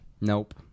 Nope